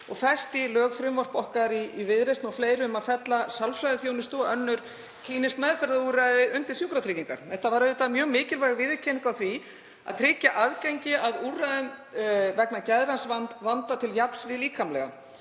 og festi í lög frumvarp okkar í Viðreisn og fleiri um að fella sálfræðiþjónustu og önnur klínísk meðferðarúrræði undir sjúkratryggingar. Þetta var auðvitað mjög mikilvæg viðurkenning á því að tryggja aðgengi að úrræðum vegna geðræns vanda til jafns við líkamlegan.